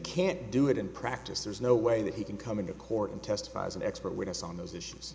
can't do it in practice there's no way that he can come into court and testify as an expert witness on those issues